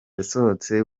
yasohotse